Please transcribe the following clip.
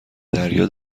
دریا